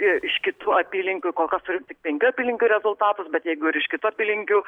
iš kitų apylinkių kol kas tik penkių apylinkių rezultatus bet jeigu ir iš kitų apylinkių